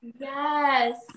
Yes